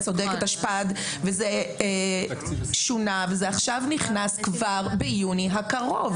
את צודקת וזה שונה וזה עכשיו נכנס כבר ביוני הקרוב.